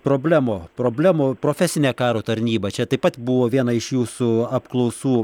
problemų problemų profesinė karo tarnyba čia taip pat buvo viena iš jūsų apklausų